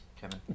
Kevin